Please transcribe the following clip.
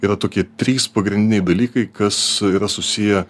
yra tokie trys pagrindiniai dalykai kas yra susiję